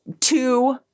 two